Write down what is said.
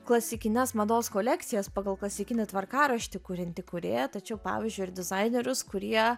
klasikines mados kolekcijas pagal klasikinį tvarkaraštį kuriantį kūrėją tačiau pavyzdžiui ir dizainerius kurie